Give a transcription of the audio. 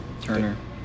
Turner